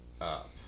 up